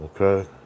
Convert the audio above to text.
okay